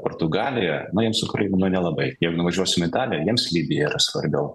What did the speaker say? portugaliją na jiems ukraina nu nelabai jeigu nuvažiuosim į italiją jiems libija yra svarbiau